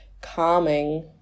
calming